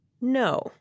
No